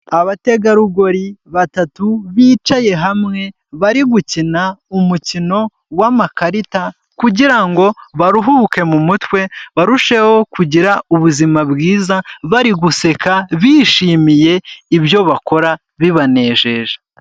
Abategarugori batatu bicaye hamwe bari gukina umukino wamakarita kugira ngo baruhuke mu mutwe barusheho kugira ubuzima bwiza bari guseka bishimiye ibyo bakora bibanejeje.